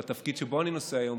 בתפקיד שבו אני נושא היום,